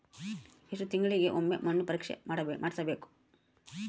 ಎಷ್ಟು ತಿಂಗಳಿಗೆ ಒಮ್ಮೆ ಮಣ್ಣು ಪರೇಕ್ಷೆ ಮಾಡಿಸಬೇಕು?